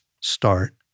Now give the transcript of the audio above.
start